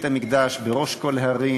ובית-המקדש בראש כל ההרים.